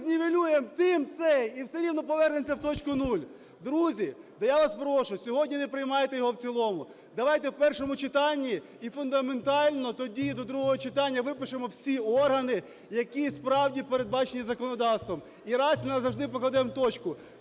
ми знівелюємо тим цей і все рівно повернемося в точку нуль. Друзі, я вас прошу сьогодні не приймайте його в цілому. Давайте в першому читанні і фундаментально тоді до другого читання випишемо всі органи, які, справді, передбачені законодавством, і раз і назавжди покладемо точку,